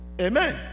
Amen